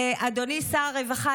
אדוני שר הרווחה,